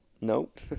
Nope